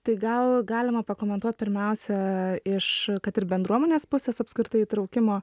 tai gal galima pakomentuot pirmiausia iš kad ir bendruomenės pusės apskritai įtraukimo